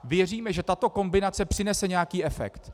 Věříme, že tato kombinace přinese nějaký efekt.